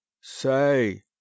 say